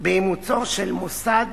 באימוצו של מוסד